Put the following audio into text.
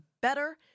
better